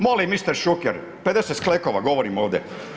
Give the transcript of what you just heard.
Molim mister Šuker, 50 sklekova, govorimo ovde.